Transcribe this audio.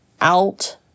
out